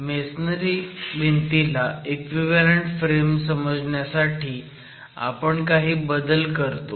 masonry भिंतीला equivalent frame समजण्यासाठी आपण काही बदल करतो